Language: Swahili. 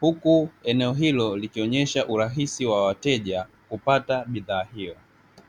huku eneo hilo likionyesha urahisi wa wateja kupata bidhaa hiyo.